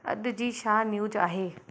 अॼु जी छा न्यूज आहे